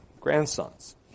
grandsons